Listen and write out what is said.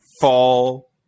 fall